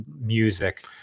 music